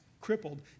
crippled